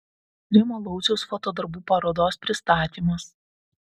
rimo lauciaus foto darbų parodos pristatymas